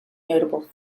notable